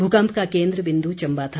भूकंप का केंद्र बिंदू चम्बा था